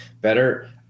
better